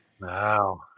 Wow